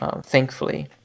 thankfully